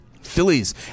Phillies